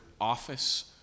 office